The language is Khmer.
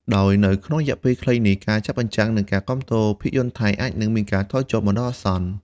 ដោយនៅក្នុងរយៈពេលខ្លីនេះ ការចាក់បញ្ចាំង និងការគាំទ្រភាពយន្តថៃអាចនឹងមានការថយចុះបណ្តោះអាសន្ន។